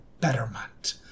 betterment